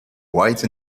white